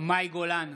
מאי גולן,